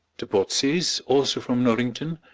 the botseys, also from norrington,